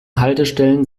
haltestellen